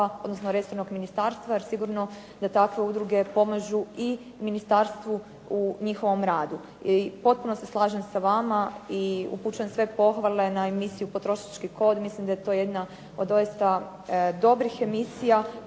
odnosno resornog ministarstva, jer sigurno da takve udruge pomažu i ministarstvu u njihovom radu. I potpuno se slažem sa vama i upućujem sve pohvale emisiji "Potrošački kod". Mislim da je to jedna od dobrih emisija